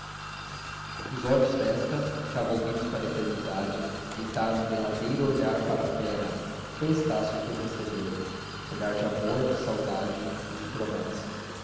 os olhos desta já volvidos para a eternidade deitaram um derradeiro olhar para a terra e foi estácio que o recebeu olhar de amor de saudade e de promessa